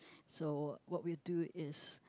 so what will do is